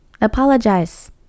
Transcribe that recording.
Apologize